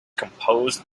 composed